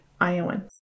Iowans